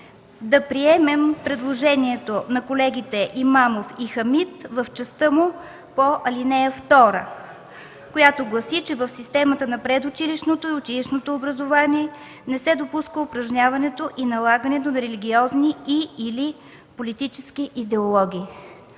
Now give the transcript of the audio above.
да приемем предложението на колегите Имамов и Хамид в частта му по ал. 2, което гласи, че в системата на предучилищното и училищното образование не се допуска упражняването и налагането на религиозни и/или политически идеологии.